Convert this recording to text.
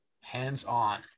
hands-on